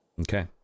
Okay